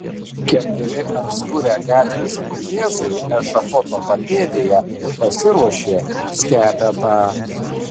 keturi apskurę gatvės vaikėzai ešafoto papėdėje pasiruošė skepetą